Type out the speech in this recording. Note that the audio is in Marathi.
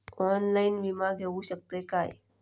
ऑनलाइन विमा घेऊ शकतय का?